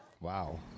Wow